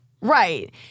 Right